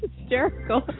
hysterical